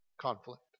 conflict